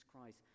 Christ